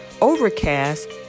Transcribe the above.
Overcast